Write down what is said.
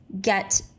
get